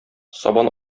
сабан